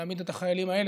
להעמיד את החיילים האלה,